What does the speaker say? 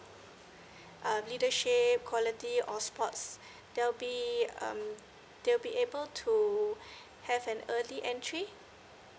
uh leadership quality or sports they will be um they will be able to have an early entry